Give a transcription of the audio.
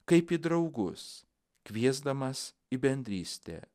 kaip į draugus kviesdamas į bendrystę